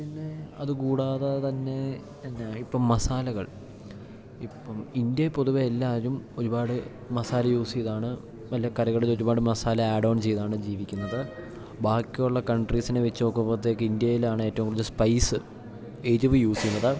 പിന്നെ അത് കൂടാത തന്നെ എന്നാ ഇപ്പം മസാലകൾ ഇപ്പം ഇന്ത്യയിൽ പൊതുവെ എല്ലാവരും ഒരുപാട് മസാല യൂസ് ചെയ്താണ് വല്ല കറികളിലൊര്പാട് മസാല ആഡ് ഓൺ ചെയ്താണ് ജീവിക്കുന്നത് ബാക്കി ഉള്ള കൺട്രീസിനെ വെച്ച് നോക്കുമ്പത്തേക്ക് ഇന്ത്യയിൽ ആണ് ഏറ്റവും കൂടുതൽ സ്പൈസ് എരിവ് യൂസ് ചെയ്യുന്നത്